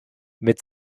mit